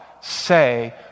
say